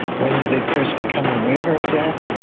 when did they first become aware of death?